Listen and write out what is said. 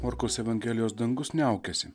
morkaus evangelijos dangus niaukiasi